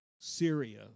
Syria